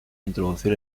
introducir